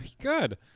good